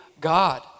God